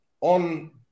on